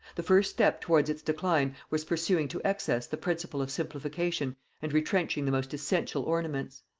the first step towards its decline was pursuing to excess the principle of simplification and retrenching the most essential ornaments.